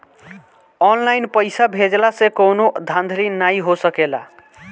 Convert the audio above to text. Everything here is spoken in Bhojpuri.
ऑनलाइन पइसा भेजला से कवनो धांधली नाइ हो सकेला